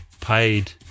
paid